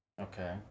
Okay